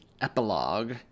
epilogue